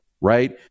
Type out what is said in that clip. right